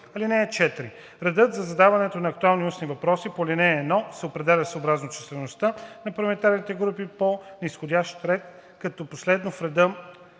(4) Редът за задаване на актуални устни въпроси по ал. 1 се определя съобразно числеността на парламентарните групи по низходящ ред, като последен в реда